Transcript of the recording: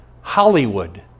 Hollywood